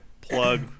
plug